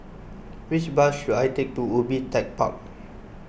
which bus should I take to Ubi Tech Park